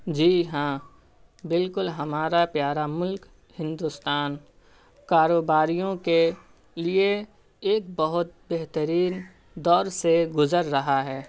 جی ہاں بالکل ہمارا پیارا ملک ہندوستان کاروباریوں کے لیے ایک بہت بہترین دور سے گزر رہا ہے